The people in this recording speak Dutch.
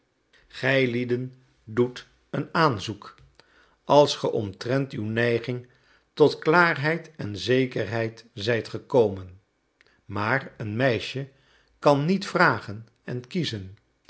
gijlieden doet een aanzoek als ge omtrent uw neiging tot klaarheid en zekerheid zijt gekomen maar een meisje kan niet vragen en kiezen